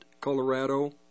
Colorado